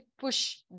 push